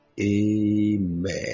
amen